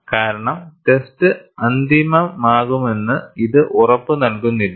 കാരണം ടെസ്റ്റ് അന്തിമമാകുമെന്ന് ഇത് ഉറപ്പുനൽകുന്നില്ല